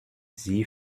sie